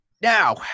Now